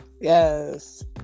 Yes